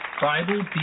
Bible